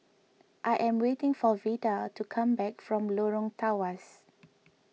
I am waiting for Vida to come back from Lorong Tawas